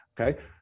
Okay